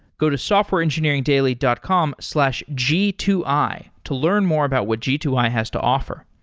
go to softwareengineeringdaily dot com slash g two i to learn more about what g two i has to offer.